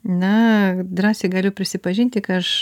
na drąsiai galiu prisipažinti aš